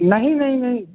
नहीं नहीं नहीं